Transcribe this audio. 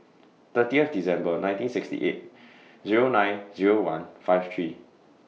thirtieth December nineteen sixty eight Zero nine Zero one five three